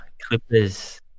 Clippers